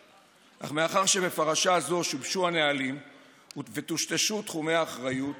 אך מאחר שבפרשה זו שובשו הנהלים וטושטשו תחומי האחריות